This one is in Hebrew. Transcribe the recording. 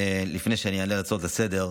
לפני שאני אענה על הצעות לסדר-היום,